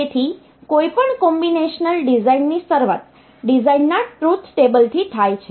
તેથી કોઈપણ કોમ્બિનેશનલ ડિઝાઇનની શરૂઆત ડિઝાઇનના ટ્રુથ ટેબલ થી થાય છે